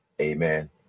Amen